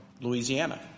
Louisiana